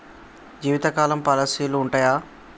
జీవితకాలం పాలసీలు ఉంటయా?